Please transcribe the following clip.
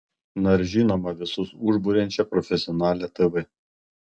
na ir žinoma visus užburiančią profesionalią tv